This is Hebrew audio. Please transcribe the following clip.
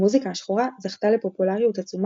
המוזיקה השחורה זכתה לפופולריות עצומה